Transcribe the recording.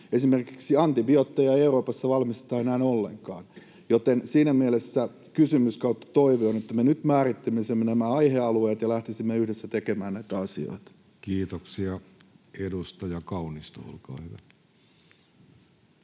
esimerkiksi antibiootteja Euroopassa ei valmisteta enää ollenkaan. Siinä mielessä kysymys/toive on, että me nyt määrittelisimme nämä aihealueet ja lähtisimme yhdessä tekemään näitä asioita. Kiitoksia. — Edustaja Kaunisto, olkaa hyvä.